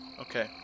Okay